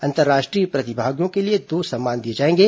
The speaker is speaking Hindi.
अंतर्राष्ट्रीय प्रतिभागियों के लिए दो सम्मान दिए जाएंगे